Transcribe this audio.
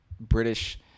British